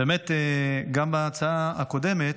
באמת, גם בהצעה הקודמת,